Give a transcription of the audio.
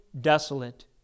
desolate